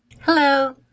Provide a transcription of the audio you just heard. Hello